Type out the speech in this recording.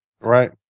Right